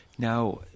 Now